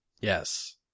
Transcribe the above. Yes